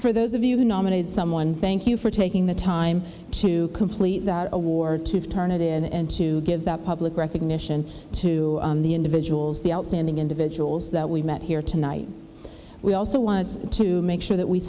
for those of you who nominated someone thank you for taking the time to complete the award to turn it in and to give that public recognition to the individuals the outstanding individuals that we met here tonight we also wants to make sure that we